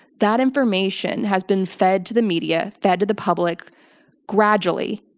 that information has been fed to the media fed to the public gradually.